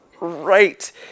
right